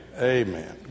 Amen